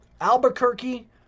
Albuquerque